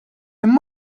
imma